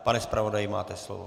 Pane zpravodaji, máte slovo.